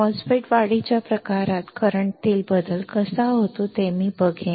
MOSFET वाढीच्या प्रकारात current तील बदल कसा होतो ते मी बघेन